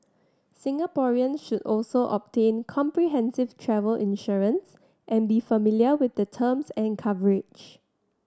Singaporeans should also obtain comprehensive travel insurance and be familiar with the terms and coverage